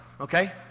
okay